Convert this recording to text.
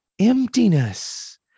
Emptiness